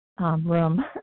room